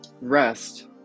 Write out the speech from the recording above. rest